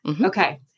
Okay